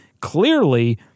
Clearly